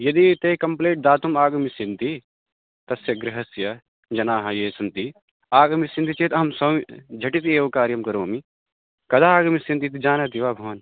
यदि ते कम्प्लेड् दातुम् आगमिष्यन्ति तस्य गृहस्य जनाः ये सन्ति आगमिष्यन्ति चेत् अहं स्वं झटिति एव कार्यं करोमि कदा आगमिष्यन्ति इति जानाति वा भवान्